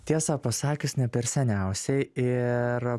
tiesą pasakius ne per seniausiai ir